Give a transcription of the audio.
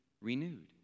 renewed